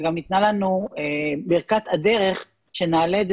וגם ניתנה לנו ברכת הדרך שנעלה את זה